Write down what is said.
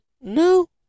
No